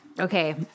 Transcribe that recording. Okay